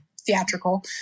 theatrical